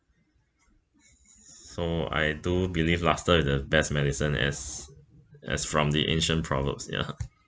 so I do believe laughter is the best medicine as as from the ancient proverbs ya